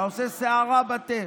אתה עושה סערה בתה,